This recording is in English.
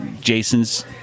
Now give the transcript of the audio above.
Jason's